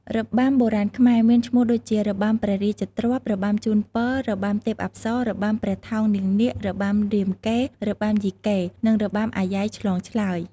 របាំបុរាណខ្មែរមានឈ្មោះដូចជា របាំព្រះរាជទ្រព្យ របាំជូនពរ, របាំទេពអប្សរា, របាំព្រះថោងនាងនាគ, របាំរាមកេរ្តិ៍, របាំយីកេ និងរបាំអាយ៉ៃឆ្លងឆ្លើយ។